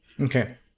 Okay